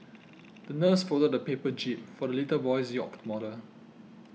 the nurse folded a paper jib for the little boy's yacht model